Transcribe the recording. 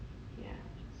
ya